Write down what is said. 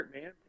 man